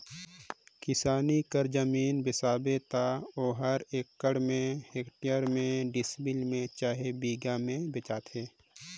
किसानी कर जमीन बेसाबे त ओहर एकड़ में, हेक्टेयर में, डिसमिल में चहे बीघा में बेंचाथे